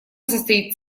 состоит